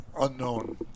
unknown